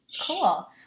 Cool